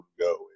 Go